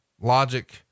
logic